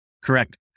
Correct